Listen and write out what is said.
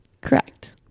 Correct